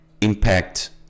impact